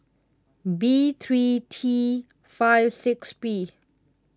B three T five six P